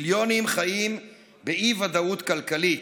מיליונים חיים באי-ודאות כלכלית.